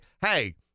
Hey